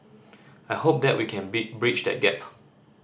I hope that we can bit breach that gap